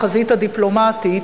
החזית הדיפלומטית,